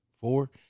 four